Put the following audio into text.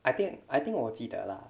I think I think 我记得 lah